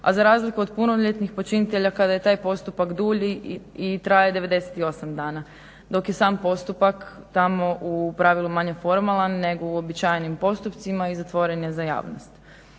a za razliku od punoljetnih počinitelja kada je taj postupak dulji i traje 98 dana, dok je sam postupak tamo u pravilu manje formalan nego u uobičajenim postupcima i zatvoren je za javnost.